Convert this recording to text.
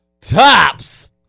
Tops